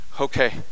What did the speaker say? okay